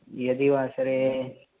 यदि वासरे